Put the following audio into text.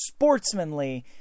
sportsmanly